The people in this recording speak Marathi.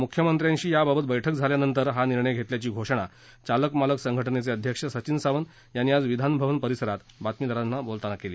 मुख्यमंत्र्याशी याबाबत बठ्क झाल्यानंतर हा निर्णय घेतल्याची घोषणा चालक मालक संघटनेचे अध्यक्ष सचिन सावंत यांनी आज विधानभवन परिसरात बातमीदारांशी बोलताना केली